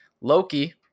Loki